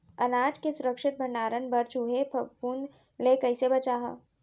अनाज के सुरक्षित भण्डारण बर चूहे, फफूंद ले कैसे बचाहा?